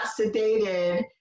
sedated